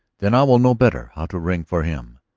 then i will know better how to ring for him.